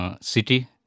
city